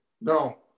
No